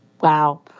Wow